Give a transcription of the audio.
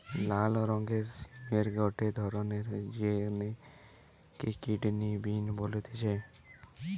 লাল রঙের সিমের গটে ধরণ যাকে কিডনি বিন বলতিছে